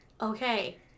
okay